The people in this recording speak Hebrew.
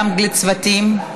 גם מהצוותים.